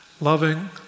Loving